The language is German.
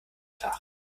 tag